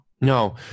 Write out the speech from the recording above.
No